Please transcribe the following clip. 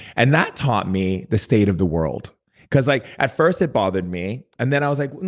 and that taught me the state of the world because, like at first, it bothered me. and then i was like,